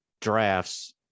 drafts